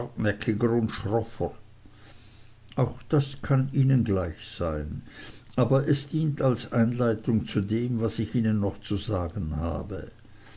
auch das kann ihnen gleich sein aber es dient als einleitung zu dem was ich ihnen noch zu sagen habe